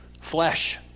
flesh